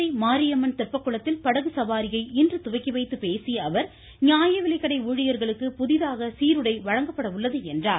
மதுரை மாரியம்மன் தெப்பக்குளத்தில் படகு சவாரியை இன்று துவக்கி வைத்து பேசிய அவர் நியாயவிலைக்கடை ஊழியர்களுக்கு புதிதாக சீருடை வழங்கப்பட உள்ளது என்றார்